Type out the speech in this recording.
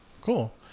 Cool